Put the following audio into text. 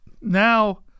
now